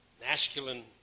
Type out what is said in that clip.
masculine